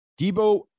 Debo